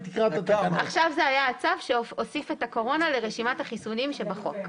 זה היה הצו שהוסיף את הקורונה לרשימת החיסונים שבחוק,